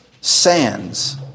sands